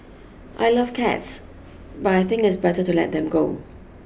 I love cats but I think it's better to let them go